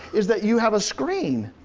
is that you have a screen.